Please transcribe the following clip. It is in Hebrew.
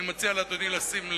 אני מציע לאדוני לשים לב.